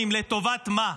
לטובת מה,